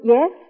Yes